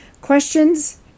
questions